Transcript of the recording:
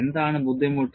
എന്താണ് ബുദ്ധിമുട്ട്